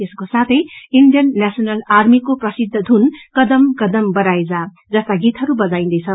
यसको साथै Indian National Army को प्रसिद्ध धून कदम बदम बढ़ाए जा जस्ता गीतहरू बजाईन्दैछ